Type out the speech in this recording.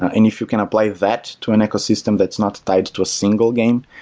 and if you can apply that to an ecosystem that's not tied to a single game,